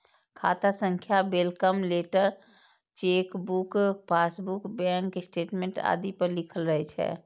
खाता संख्या welcome letter, chequebook, passbook, bank statement आदि पर लिखल रहै छै